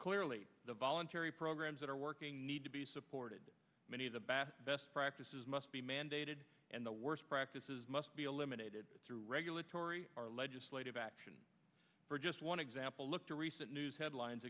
clearly the voluntary programs that are working need to be supported many of the bath best practices must be mandated and the worst practices must be eliminated through regulatory our legislative action for just one example look to recent news headlines